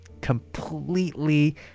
completely